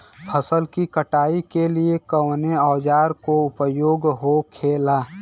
फसल की कटाई के लिए कवने औजार को उपयोग हो खेला?